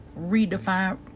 Redefine